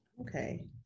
Okay